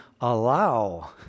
allow